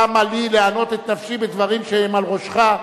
למה לי לענות את נפשי בדברים שהם על ראשך,